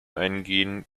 eingehen